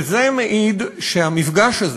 וזה מעיד שהמפגש הזה,